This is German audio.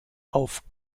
auf